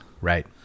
Right